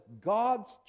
God's